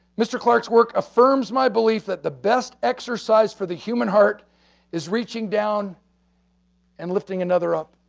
mr. clark's work affirms my belief that the best exercise for the human heart is reaching down and lifting another up.